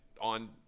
on